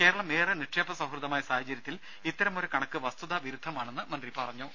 കേരളം ഏറെ നിക്ഷേപ സൌഹൃദമായ സാഹചര്യത്തിൽ ഇത്തരമൊരു കണക്ക് വസ്തുതാ വിരുദ്ധമാണെന്ന് മന്ത്രി പറഞ്ഞു